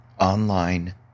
Online